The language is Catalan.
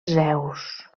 zeus